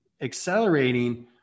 accelerating